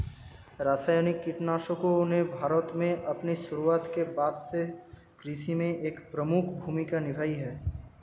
रासायनिक कीटनाशकों ने भारत में अपनी शुरुआत के बाद से कृषि में एक प्रमुख भूमिका निभाई है